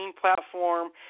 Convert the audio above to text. platform